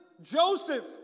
Joseph